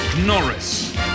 norris